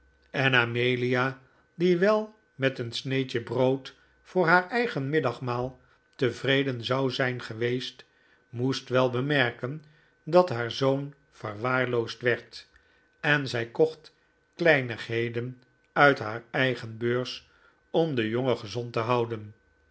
en amelia die wel met een sneedje brood voor haar eigen middagmaal tevreden zou zijn geweest moest wel bemerken dat haar zoon verwaarloosd werd en zij kocht kleinigheden uit haar eigen beurs om den jongen gezond te houden